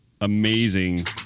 amazing